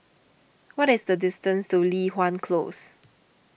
what is the distance to Li Hwan Close